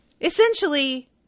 Essentially